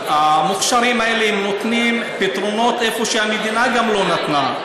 המוכש"רים האלה נותנים פתרונות גם איפה שהמדינה גם לא נתנה.